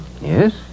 Yes